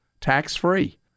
Tax-free